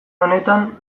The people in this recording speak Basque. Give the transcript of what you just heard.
honetan